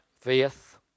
faith